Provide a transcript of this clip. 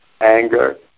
anger